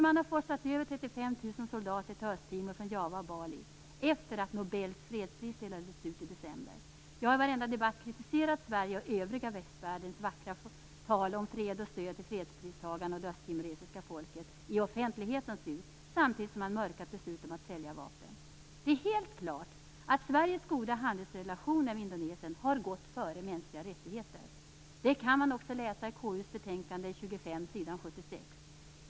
Man har forslat över 35 000 soldater till Östtimor från Java och Bali efter det att Nobels fredspris delades ut i december. Jag har i varenda debatt kritiserat Sveriges och övriga västvärldens vackra tal om fred och stöd till fredspristagarna och det östtimoresiska folket i offentlighetens ljus samtidigt som man mörkat beslut om att sälja vapen. Det är helt klart att Sveriges goda handelsrelationer med Indonesien har gått före mänskliga rättigheter. Det kan man också läsa i KU:s betänkande nr 25 s. 76.